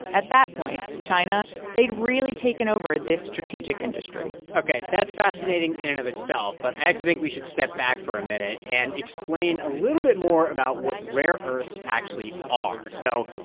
at that point, china they'd really taken over this strategic industry ok. that's fascinating in and of itself. but i actually think we should step back for a minute and explain a little bit more about what rare earths actually are. so,